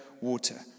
water